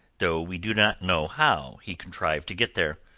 though we do not know how he contrived to get there.